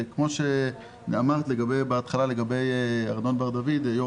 וכמו שאמרת בתחילה לגבי ארנון בר דוד יו"ר